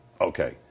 Okay